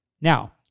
Now